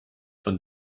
von